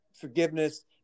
forgiveness